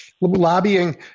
lobbying